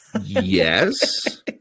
yes